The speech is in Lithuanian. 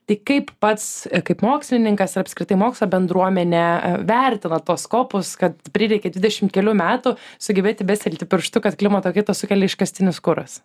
tik kaip pats kaip mokslininkas ir apskritai mokslo bendruomenė vertina tos kopus kad prireikė dvidešimt kelių metų sugebėti bestelti pirštu kad klimato kaitą sukelia iškastinis kuras